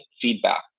feedback